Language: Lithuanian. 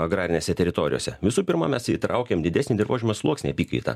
agrarinėse teritorijose visų pirma mes įtraukiam didesnį dirvožemio sluoksnį į apykaitą